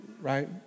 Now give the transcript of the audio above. right